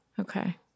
Okay